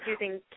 using